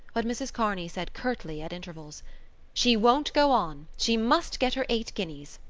but mrs. kearney said curtly at intervals she won't go on. she must get her eight guineas.